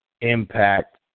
impact